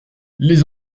les